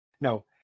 No